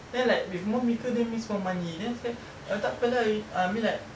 then like if more bigger means more money then she said err tak apa lah err I mean like